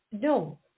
No